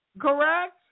Correct